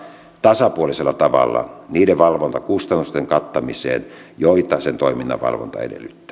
tasapuolisella tavalla niiden valvontakustannusten kattamiseen joita sen toiminnan valvonta edellyttää